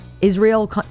Israel